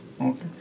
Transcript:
Okay